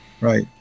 right